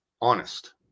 honest